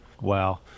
Wow